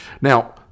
Now